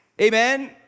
Amen